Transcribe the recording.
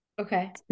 Okay